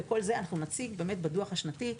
את כל זה נציג באמת בדוח השנתי,